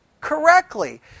correctly